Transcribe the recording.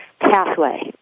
pathway